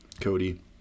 Cody